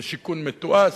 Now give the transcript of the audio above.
זה שיכון מתועש,